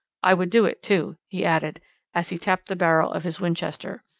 i would do it, too, he added as he tapped the barrel of his winchester.